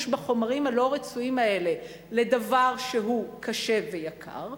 בחומרים הלא-רצויים האלה לדבר שהוא קשה ויקר,